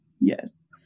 Yes